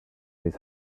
his